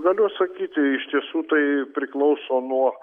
galiu atsakyti iš tiesų tai priklauso nuo